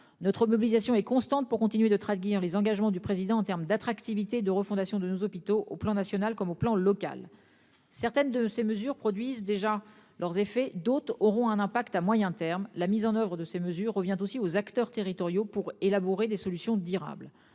notre mobilisation est constante pour continuer de traduire les engagements du président en termes d'attractivité de refondation de nos hôpitaux au plan national comme au plan local. Certaines de ces mesures produisent déjà leurs effets, d'autres auront un impact à moyen terme la mise en oeuvre de ces mesures revient aussi aux acteurs territoriaux pour élaborer des solutions durables